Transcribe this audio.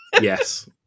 Yes